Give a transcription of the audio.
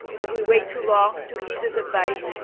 if we wait too long to heed this advice,